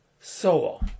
soul